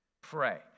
Pray